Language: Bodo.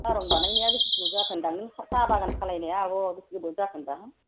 साहा रं बानायनाया बेसे गोबाव जाखो होन्दों आं नों साहा बागान खालामनाया आब' बेसे गोबाव जाखो होन्दों आं